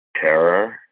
terror